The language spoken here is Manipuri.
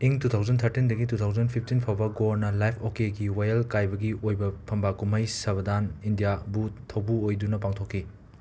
ꯏꯪ ꯇꯨ ꯊꯥꯎꯖꯟ ꯊꯥꯔꯇꯤꯟꯗꯒꯤ ꯇꯨ ꯊꯥꯎꯖꯟ ꯐꯤꯞꯇꯤꯟ ꯐꯥꯎꯕ ꯒꯣꯔꯅꯥ ꯂꯥꯏꯕ ꯑꯣ ꯀꯦꯒꯤ ꯋꯥꯌꯦꯜ ꯀꯥꯏꯕꯒꯤ ꯑꯣꯏꯕ ꯐꯝꯕꯥꯛ ꯀꯨꯝꯍꯩ ꯁꯕꯗꯥꯟ ꯏꯟꯗꯤꯌꯥꯕꯨ ꯊꯧꯕꯨ ꯑꯣꯏꯗꯨꯅ ꯄꯥꯡꯊꯣꯛꯈꯤ